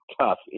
tough